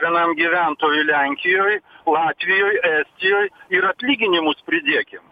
vienam gyventojui lenkijoj latvijoj estijoj ir atlyginimus pridėkim